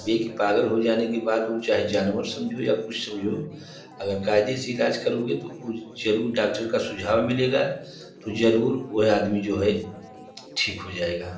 ये कि पागल हो जाने के बाद वो चाहे जानवर समझो या कुछ समझो अगर कायदे से ईलाज करोगे तो वो जरुर डाक्टर का सुझाव मिलेगा तो जरुर वो है आदमी जो है ठीक हो जाएगा